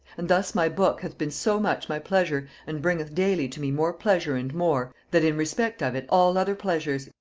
and thus my book hath been so much my pleasure, and bringeth daily to me more pleasure and more, that in respect of it, all other pleasures,